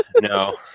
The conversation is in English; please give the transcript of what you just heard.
No